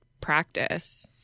practice